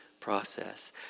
process